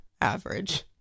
average